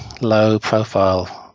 low-profile